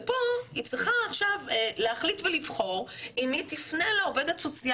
ופה היא צריכה עכשיו להחליט ולבחור אם היא תפנה לעו"סית